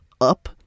up